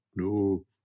No